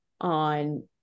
on